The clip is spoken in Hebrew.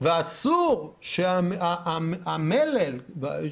ואסור שהמלל